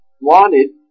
wanted